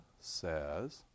says